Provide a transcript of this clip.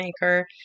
maker